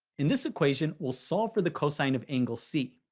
in this equation, we'll solve for the cosine of angle c.